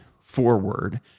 forward